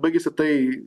baigėsi tai